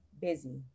busy